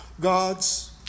God's